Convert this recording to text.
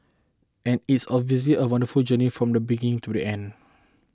and is a a wonderful journey from the beginning to the end